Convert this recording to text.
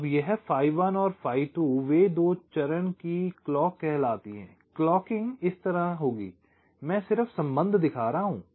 अब यह phi 1 और phi 2 वे दो चरण की क्लॉक कहलाती हैं क्लॉकिंग इस तरह होगी मैं सिर्फ संबंध दिखा रहा हूं